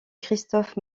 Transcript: christophe